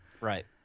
Right